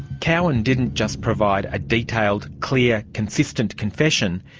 cowan didn't just provide a detailed, clear, consistent confession,